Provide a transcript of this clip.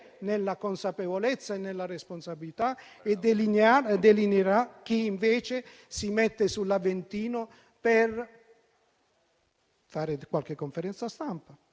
nella consapevolezza e nella responsabilità. Delineerà chi invece si mette sull'Aventino per fare qualche conferenza stampa,